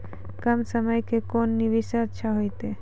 कम समय के कोंन निवेश अच्छा होइतै?